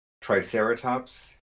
triceratops